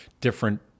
different